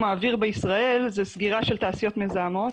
האוויר בישראל זה סגירה של תעשיות מזהמות